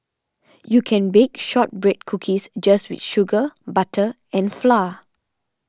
you can bake Shortbread Cookies just with sugar butter and flour